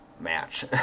match